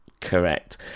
correct